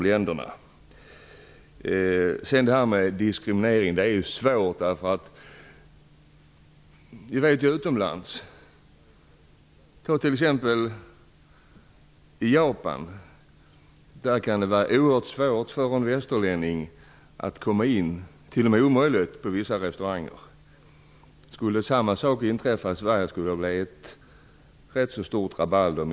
Utomlands, i Japan t.ex., kan det vara oerhört svårt och t.o.m. omöjligt för en västerlänning att komma in på vissa restauranger. Om förhållandet skulle vara detsamma här i Sverige misstänker jag att det skulle orsaka ganska stort rabalder.